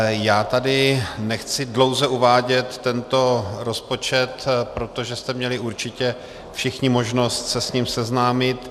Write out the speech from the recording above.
Já tady nechci dlouze uvádět tento rozpočet, protože jste měli určitě všichni možnost se s ním seznámit.